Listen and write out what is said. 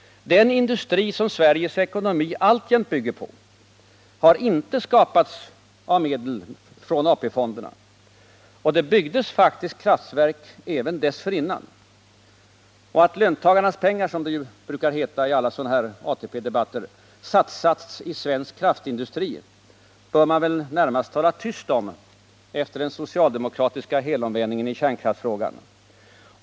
Den industri som Sveriges ekonomi alltjämt bygger på har inte skapats av medel från AP-fonderna. Och det byggdes faktiskt kraftverk även dessförinnan. Och att löntagarnas pengar = som det ju brukar heta i alla ATP-debatter — har satsats i svensk kraftindustri, bör man väl närmast tala tyst om efter den socialdemokratiska helomvändningen i kärnkraftsfrågan.